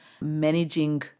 managing